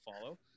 follow